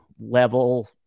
level